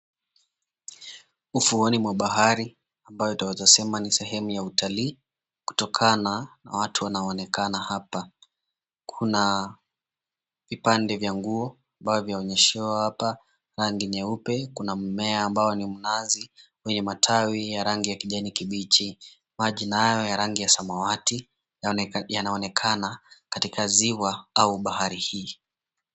Ufuoni mwa bahari ambayo twaweza sema ni sehemu ya utalii, kutokana na watu wanaoonekana hapa. Kuna vipande vya nguo, ambavyo vinaonyeshawa hapa, rangi nyeupe. Kuna mmea ambao ni mnazi wenye matawi ya rangi ya kijani kibichi. Maji nayo ya rangi ya samawati, yanaonekana katika ziwa au bahari hii.